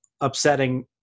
upsetting